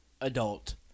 adult